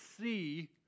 see